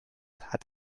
hat